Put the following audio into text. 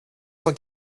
cent